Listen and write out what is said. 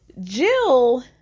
Jill